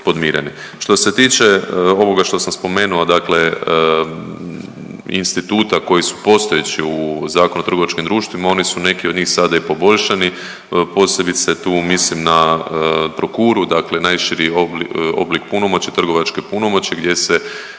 Što se tiče ovoga što sam spomenuo, dakle instituta koji su postojeći u Zakonu o trgovačkim društvima, oni su neki od njih sada i poboljšani. Posebice tu mislim na prokuru, dakle najširi oblik punomoći, trgovačke punomoći gdje se